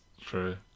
true